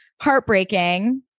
heartbreaking